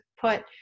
put